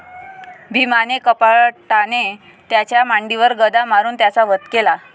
भीमाने कपटाने त्याच्या मांडीवर गदा मारून त्याचा वध केला